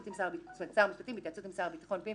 התוספת השנייה זאת אומרת שר המשפטים בהתייעצות עם השר לביטחון פנים